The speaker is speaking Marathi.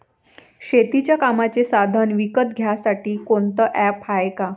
शेतीच्या कामाचे साधनं विकत घ्यासाठी कोनतं ॲप हाये का?